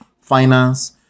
finance